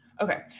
Okay